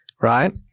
right